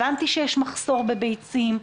הבנתי שיש מחסור בביצים.